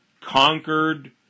conquered